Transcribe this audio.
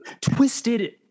twisted